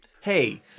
Hey